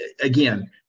again